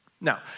Now